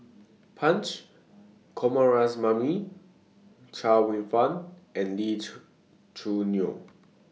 Punch Coomaraswamy Chia Kwek Fah and Lee Choo Neo